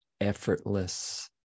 effortless